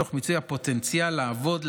תוך מיצוי הפוטנציאל לעבוד,